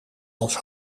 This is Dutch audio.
als